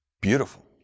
Beautiful